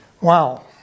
Wow